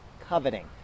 coveting